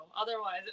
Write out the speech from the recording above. Otherwise